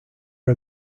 are